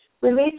Release